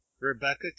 Rebecca